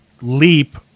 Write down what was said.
leap